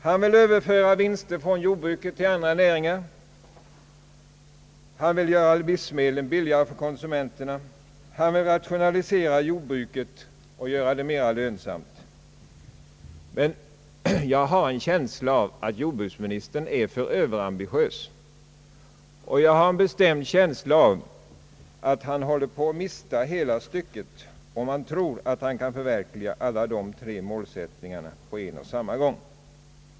Han vill överföra vinster från jordbruket till andra näringar, han vill göra livsmedel billigare för konsumenterna, och han vill rationalisera jordbruket och göra det mera lönsamt. Jag har en känsla av att jordbruksministern är Ööverambitiös, och jag har ett bestämt intryck av att han kommer att mista hela stycket om han tror att han kan förverkliga alla dessa tre målsättningar på samma gång.